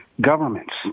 governments